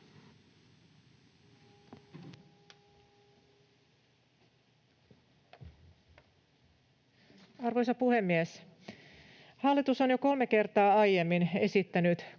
Arvoisa puhemies! Hallitus on jo kolme kertaa aiemmin esittänyt